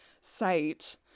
site